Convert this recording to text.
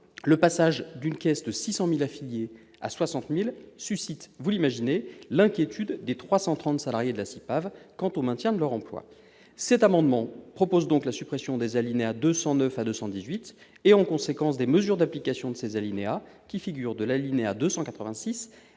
le passage de 600 000 à 60 000 affiliés suscite, vous l'imaginez, l'inquiétude des 330 salariés de la CIPAV quant au maintien de leur emploi. Cet amendement tend donc à supprimer les alinéas 209 à 218 et, en conséquence, les mesures d'application correspondantes, qui figurent de l'alinéa 286